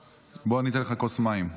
בוא, אני אתן לך כוס מים.